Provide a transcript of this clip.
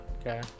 okay